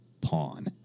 pawn